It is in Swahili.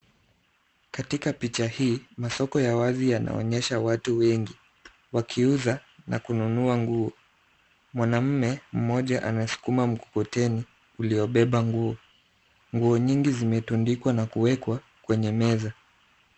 Katika picha hii, masoko ya wazi yanaonyesha watu wengi wakiuza na kununua nguo. Mwanamume mmoja anasukuma mkokoteni uliobeba nguo. Nguo nyingi zimetundikwa na kuwekwa kwenye meza.